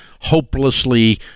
hopelessly